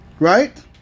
right